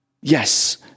Yes